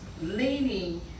leaning